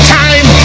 time